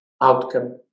outcome